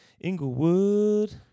Inglewood